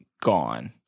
gone